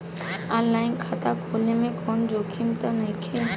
आन line खाता खोले में कौनो जोखिम त नइखे?